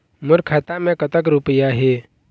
मोर खाता मैं कतक रुपया हे?